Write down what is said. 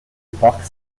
park